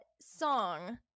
song